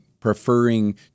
preferring